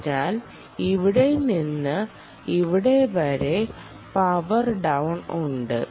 അതിനാൽ ഇവിടെ നിന്ന് ഇവിടെ വരെ പവർ ഡൌൺ ഉണ്ട്